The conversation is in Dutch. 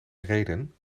reden